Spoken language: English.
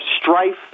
strife